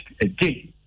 again